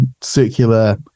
circular